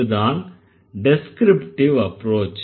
அதுதான் descriptive approach